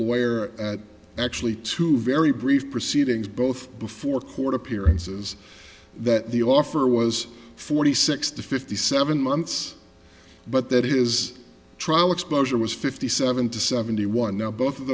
lawyer actually two very brief proceedings both before court appearances that the offer was forty six to fifty seven months but that is trial exposure was fifty seven to seventy one now both of